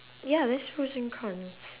ya there's pros and cons